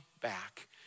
back